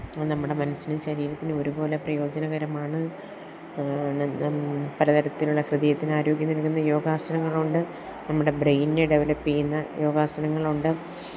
അത് നമ്മുടെ മനസ്സിനും ശരീരത്തിനും ഒരുപോലെ പ്രയോജനകരമാണ് പല തരത്തിലുള്ള ഹൃദയത്തിന് ആരോഗ്യം നൽകുന്ന യോഗാസനങ്ങളുണ്ട് നമ്മുടെ ബ്രെയിനിനെ ഡെവലപ്പ് ചെയ്യുന്ന യോഗാസനങ്ങളുണ്ട്